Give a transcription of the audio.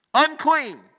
Unclean